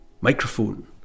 microphone